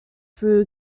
through